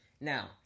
Now